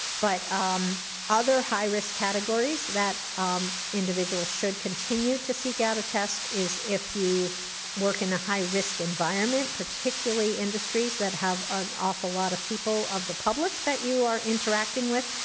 but um other high risk categories that individuals should continue to seek out a test is if you work in a high risk environment, particularly industries that have an awful lot of people of the public that you are interacting with.